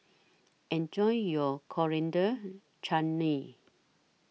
Enjoy your Coriander Chutney